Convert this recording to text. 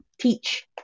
teach